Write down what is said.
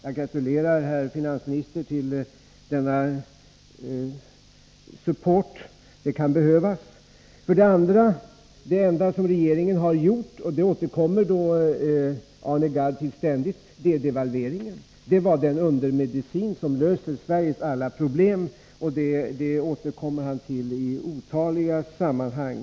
Jag gratulerar herr finansministern till detta stöd; det kan behövas. Jag konstaterar för det andra att det enda som regeringen har gjort är devalveringen. Den var den undermedicin som skulle lösa Sveriges alla problem. Det återkommer Arne Gadd till i otaliga sammanhang.